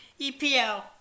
EPL